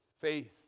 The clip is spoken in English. Faith